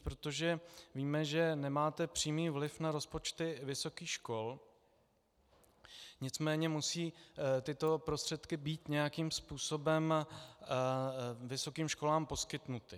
Protože víme, že nemáte přímý vliv na rozpočty vysokých škol, nicméně musí tyto prostředky být nějakým způsobem vysokým školám poskytnuty.